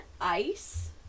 ice